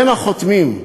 בין החותמים: